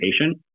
patient